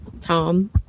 Tom